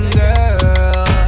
girl